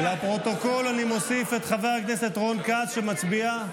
לפרוטוקול אני מוסיף את חבר הכנסת רון כץ, שמצביע?